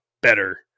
better